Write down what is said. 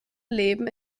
leben